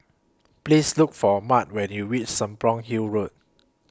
Please Look For Maud when YOU REACH Serapong Hill Road